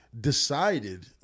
decided